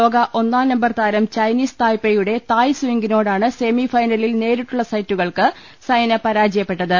ലോക ഒന്നാംനമ്പർ താരം ചൈനീസ് തായ്പേയിയുടെ തായ്സുയിംഗിനോടാണ് സെമിഫൈനലിൽ നേരിട്ടുള്ള സെറ്റുകൾക്ക് സൈന പ്രാജയപ്പെട്ടത്